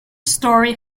story